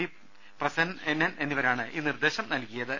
D Prasenan എന്നിവരാണ് ഈ നിർദേശം നൽകിയത്